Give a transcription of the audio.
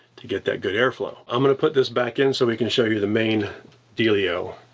to get that good airflow. i'm gonna put this back in so we can show you the main dealio.